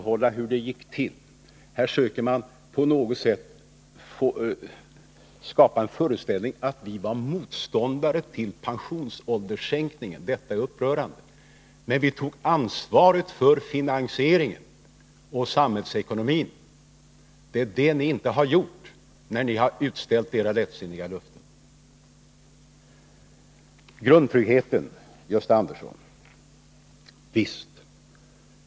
Här söker man skapa föreställningen att vi var motståndare till pensionsålderssänkningen. Det är upprörande. Men vi tog ansvaret för finansieringen och för samhällsekonomin. Det är det ni inom de borgerliga partierna inte har gjort när ni har utställt era lättsinniga löften. Visst är grundtryggheten viktig, Gösta Andersson.